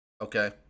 Okay